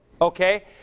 Okay